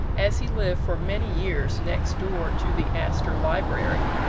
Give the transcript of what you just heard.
as he lived for many years next door to the astor library,